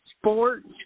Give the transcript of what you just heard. sports